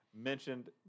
mentioned